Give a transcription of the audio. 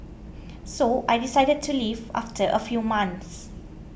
so I decided to leave after a few months